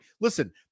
Listen